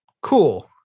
Cool